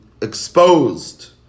exposed